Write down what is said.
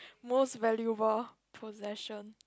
most valuable possession